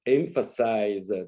emphasize